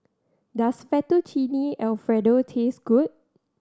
does Fettuccine Alfredo taste good